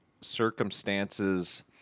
circumstances –